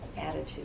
attitude